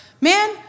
man